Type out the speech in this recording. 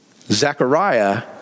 Zechariah